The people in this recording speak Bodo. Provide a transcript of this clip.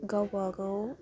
गावबागाव